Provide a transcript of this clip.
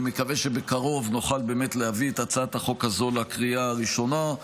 אני מקווה שבקרוב נוכל באמת להביא את הצעת החוק הזאת לקריאה הראשונה.